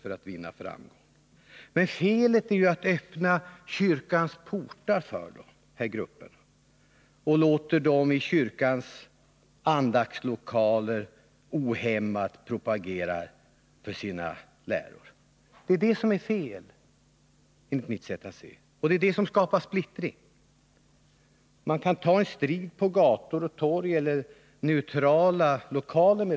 Felet — enligt mitt sätt att se — är att man öppnar kyrkans portar för dessa grupper och i kyrkans andaktslolaker låter dem ohämmat propagera för sina läror. Det är detta som skapar splittring. Kyrkan kan ta strid med dessa krafter på gator och torg eller i neutrala lokaler.